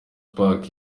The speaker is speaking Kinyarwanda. park